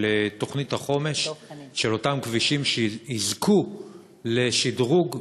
תוכנית החומש של אותם כבישים שיזכו לשדרוג,